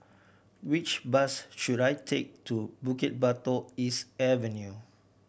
which bus should I take to Bukit Batok East Avenue